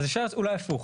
אז אפשר אולי הפוך.